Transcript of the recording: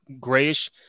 grayish